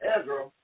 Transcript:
Ezra